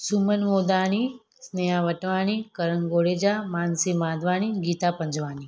Suman Modamani Sneha Vatwani Karan Godeja Mansi Madhwani Geeta Panjwani